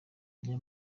niyo